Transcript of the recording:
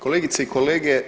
Kolegice i kolege.